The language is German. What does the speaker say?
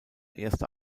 erster